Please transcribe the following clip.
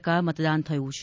ટકા મતદાન થયું છે